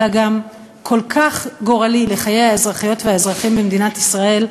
אלא גם כל כך גורלי לחיי האזרחיות והאזרחים במדינת ישראל,